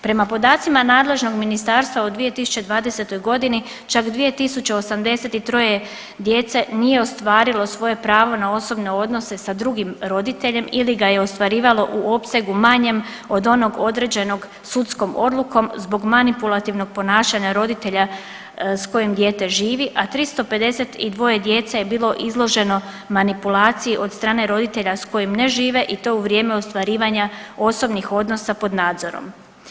Prema podacima nadležnog ministarstva u 2020. g. čak 2083 djece nije ostvarilo svoje pravo na osobne odnose sa drugim roditeljem ili ga je ostvarivalo u opsegu manjem od onog određenog sudskom odlukom zbog manipulativnog ponašanja roditelja s kojim dijete živi, a 352 djece je bilo izloženo manipulaciji od strane roditelja s kojim ne žive u to u vrijeme ostvarivanja osobnih odnosa pod nadzorom.